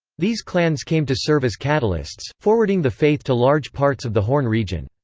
these clans came to serve as catalysts, forwarding the faith to large parts of the horn region.